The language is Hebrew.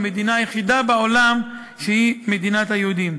המדינה היחידה בעולם שהיא מדינת היהודים.